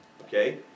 Okay